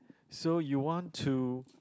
so you want to